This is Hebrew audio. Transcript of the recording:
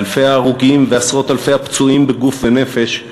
באלפי ההרוגים ועשרות אלפי הפצועים בגוף ונפש שהותירה.